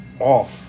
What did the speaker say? off